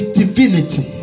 divinity